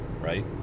right